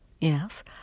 yes